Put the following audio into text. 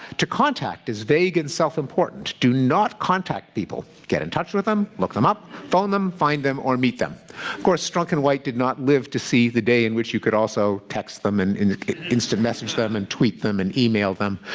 to contact is vague and self-important. do not contact people get in touch with them, look them up, phone them, find them, or meet them. of course, strunk and white did not live to see the day in which you could also text them, and instant message them, and tweet them, and email them,